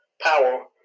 power